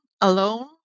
alone